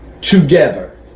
together